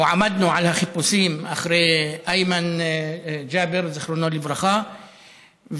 או עמדנו על החיפושים אחרי איימן ג'אבר זכרונו לברכה,